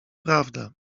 prawda